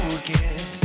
again